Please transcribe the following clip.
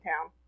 town